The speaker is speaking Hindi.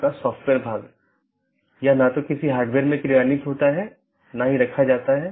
NLRI का उपयोग BGP द्वारा मार्गों के विज्ञापन के लिए किया जाता है